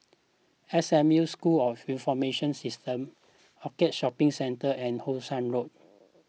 S M U School of Information Systems Orchard Shopping Centre and How Sun Road